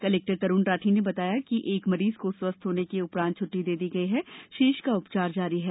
collector Tarun Rathi ने उन्हें बताया एक मरीज को स्वस्थ्य होने के उपरांत छ्ट्टी दे दी गई है शेष का उपचार जारी है